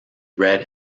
read